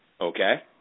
Okay